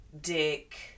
Dick